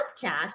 podcast